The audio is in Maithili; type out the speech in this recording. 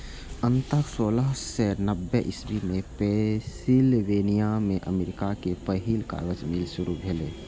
अंततः सोलह सय नब्बे इस्वी मे पेंसिलवेनिया मे अमेरिका के पहिल कागज मिल शुरू भेलै